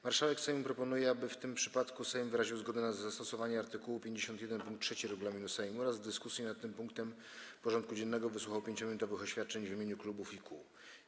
Marszałek Sejmu proponuje, aby w tym przypadku Sejm wyraził zgodę na zastosowanie art. 51 pkt 3 regulaminu Sejmu oraz w dyskusji nad tym punktem porządku dziennego wysłuchał 5-minutowych oświadczeń w imieniu klubów i kół.